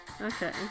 Okay